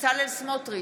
בצלאל סמוטריץ'